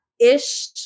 ish